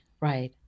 Right